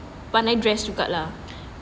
pandai dress juga lah